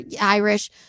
Irish